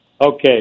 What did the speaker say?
Okay